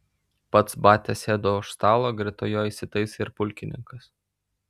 pats batia sėdo už stalo greta jo įsitaisė ir pulkininkas